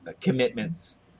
commitments